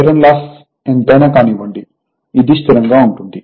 iron loss ఎంతైనా కానివ్వండి ఇది స్థిరంగా ఉంటుంది